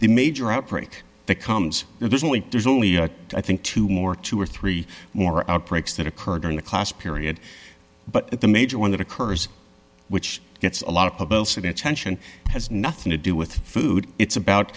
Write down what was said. the major outbreak becomes there's only there's only i think two more two or three more outbreaks that occur during the class period but the major one that occurs which gets a lot of attention has nothing to do with food it's about